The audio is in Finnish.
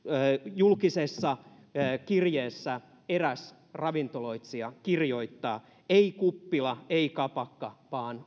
julkisessa kirjeessä eräs ravintoloitsija kirjoittaa ei kuppila ei kapakka vaan